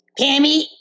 Pammy